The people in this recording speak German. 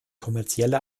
kommerzielle